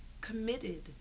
committed